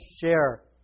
share